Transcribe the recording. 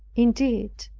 indeed,